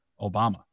obama